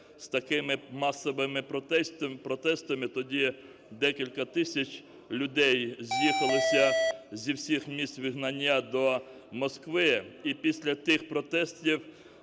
з такими масовими протестами, тоді декілька тисяч людей з'їхалися зі всіх місць вигнання до Москви, і після тих протестів